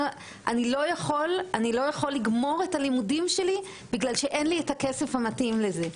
אני לא יכול לגמור את הלימודים שלי בגלל שאין לי את הכסף המתאים לזה,